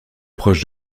proche